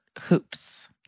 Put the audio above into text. hoops